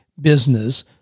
business